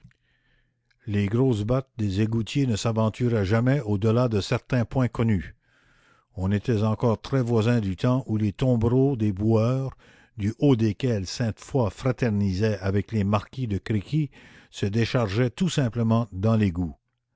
les grosses bottes des égoutiers ne s'aventuraient jamais au delà de certains points connus on était encore très voisin du temps où les tombereaux des boueurs du haut desquels sainte foix fraternisait avec le marquis de créqui se déchargeaient tout simplement dans l'égout